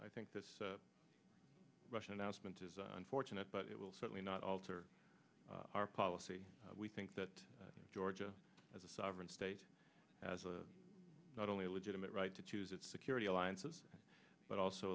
i think this russian announcement is unfortunate but it will certainly not alter our policy we think that georgia as a sovereign state has not only a legitimate right to choose its security alliances but also